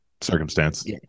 Circumstance